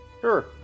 Sure